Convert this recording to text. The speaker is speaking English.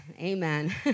Amen